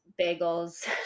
bagels